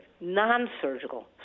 non-surgical